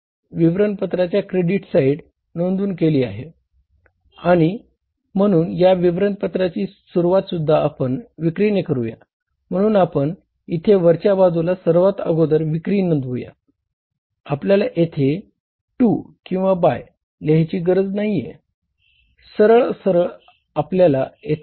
सरळ सरळ आपल्याला येथे विक्री लिहायची आहे आपल्याला विक्री शोधावे लागेल